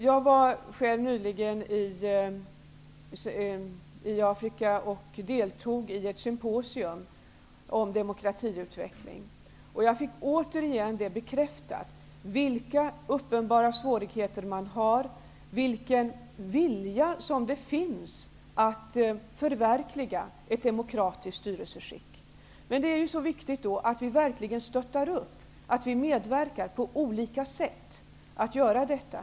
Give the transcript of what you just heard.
Jag var själv nyligen i Afrika och deltog i ett symposium om demokratiutveckling. Jag fick återigen bekräftat vilka uppenbara svårigheter man har och vilken vilja det finns att förverkliga ett demokratiskt styrelseskick. Det är då viktigt att vi verkligen ger ett stöd och medverkar på olika sätt till att genomföra detta.